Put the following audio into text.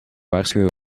waarschuwen